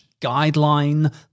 guideline